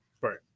right